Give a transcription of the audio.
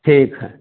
ठीक है